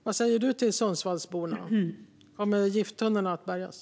Vad säger du till Sundsvallsborna? Kommer gifttunnorna att bärgas?